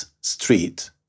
street